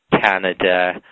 Canada